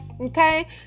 Okay